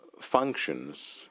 functions